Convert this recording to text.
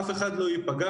אף אחד לא יפגע.